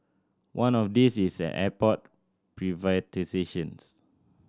one of these is airport privatisations